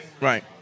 right